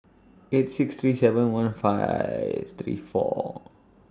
eight six three seven one five three four